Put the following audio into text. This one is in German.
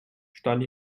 stand